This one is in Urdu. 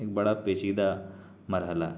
ایک بڑا پیچیدہ مرحلہ ہے